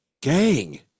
gang